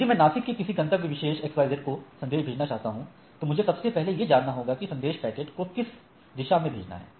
यदि मैं नासिक में किसी गंतव्य विशेष को संदेश भेजना चाहता हूं तो मुझे सबसे पहले यह जानना होगा कि संदेश पैकेट को किस आेरदिशा में भेजना है